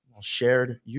shared